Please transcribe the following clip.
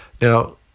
Now